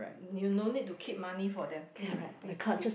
you no need to keep money for them please please please